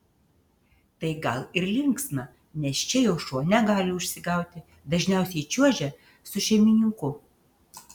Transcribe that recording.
tai gal ir linksma nes čia jau šuo negali užsigauti dažniausiai čiuožia su šeimininku